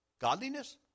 Godliness